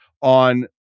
on